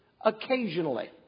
occasionally